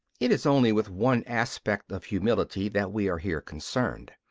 it is only with one aspect of humility that we are here concerned.